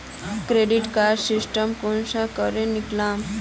Credit card statement कुंसम करे निकलाम?